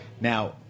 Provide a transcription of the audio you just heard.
now